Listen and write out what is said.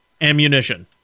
ammunition